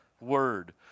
word